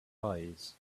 eyes